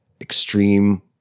extreme